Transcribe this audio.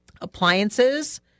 appliances